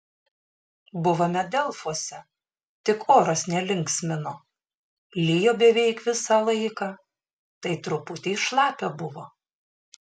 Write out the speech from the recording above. buvome delfuose tik oras nelinksmino lijo beveik visą laiką tai truputį šlapia buvo